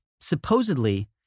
supposedly